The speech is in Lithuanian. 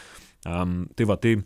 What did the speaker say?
a tai va tai